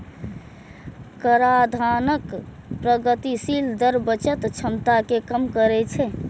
कराधानक प्रगतिशील दर बचत क्षमता कें कम करै छै